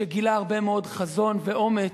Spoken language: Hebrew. שגילה הרבה מאוד חזון ואומץ,